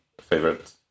favorite